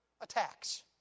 attacks